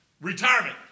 retirement